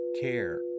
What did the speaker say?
care